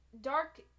Dark